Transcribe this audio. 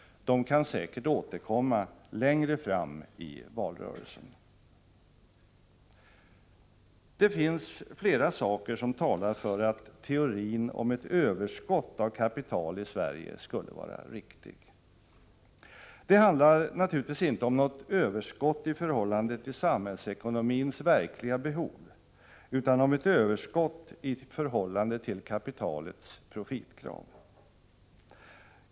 De kan säkert återkomma längre fram i valrörelsen. Det finns flera saker som talar för att teorin om ett överskott av kapital i Sverige skulle vara riktig. Det handlar naturligtvis inte om något överskott i förhållande till samhällsekonomins verkliga behov, utan om ett överskott i förhållande till kapitalets profitkrav.